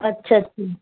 अछा अछा